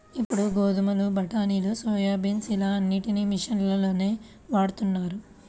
ఇప్పుడు గోధుమలు, బఠానీలు, సోయాబీన్స్ ఇలా అన్నిటికీ మిషన్లనే వాడుతున్నారు